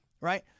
right